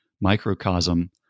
microcosm